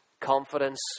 confidence